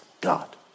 God